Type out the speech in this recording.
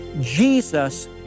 Jesus